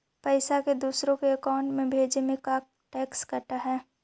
पैसा के दूसरे के अकाउंट में भेजें में का टैक्स कट है?